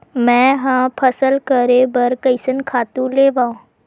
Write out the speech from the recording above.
मैं ह फसल करे बर कइसन खातु लेवां?